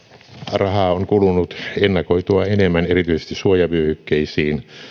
rahaa on kulunut ennakoitua enemmän erityisesti suojavyöhykkeisiin